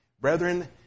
Brethren